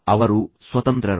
ಅವರು ಸ್ವತಂತ್ರರು